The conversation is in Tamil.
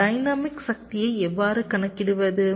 டைனமிக் சக்தியை எவ்வாறு கணக்கிடுவது